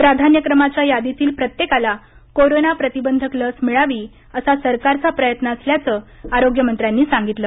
प्राधान्यक्रमाच्या यादीतील प्रत्येकाला कोरोना प्रतिबंध लस मिळावी असा सरकारचा प्रयत्न असल्याचं आरोग्यमंत्र्यांनी सांगितलं